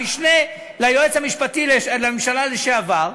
המשנה ליועץ המשפטי לממשלה לשעבר.